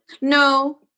no